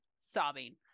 sobbing